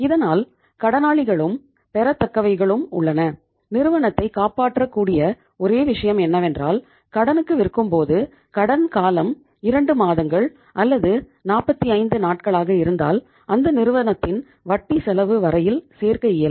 இதனால் கடனாளிகளும் பெறத்தக்கவைகளும் உள்ளன நிறுவனத்தை காப்பாற்றக்கூடிய ஒரே விஷயம் என்னவென்றால் கடனுக்கு விற்கும்போது கடன் காலம் இரண்டு மாதங்கள் அல்லது 45 நாட்களாக இருந்தால் அந்த நிறுவனத்தின் வட்டி செலவு வரையில் சேர்க்க இயலும்